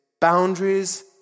Boundaries